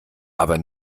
aber